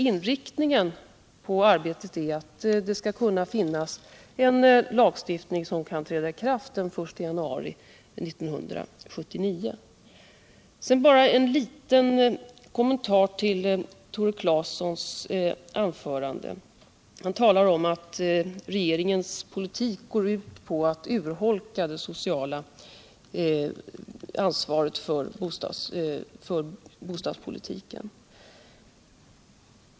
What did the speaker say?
Inriktningen på arbetet är att det skall leda till en lagstiftning som kan träda i kraft den 1 januari 1979. Sedan bara en liten kommentar till Tore Claesons anförande! Han talar om alt regeringens politik går ut på att urholka det sociala ansvaret för bostadspolitiken.